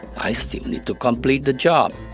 i still need to complete the job